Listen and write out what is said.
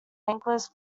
anglers